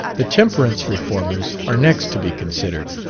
the temperance reformers are next to be considered.